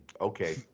Okay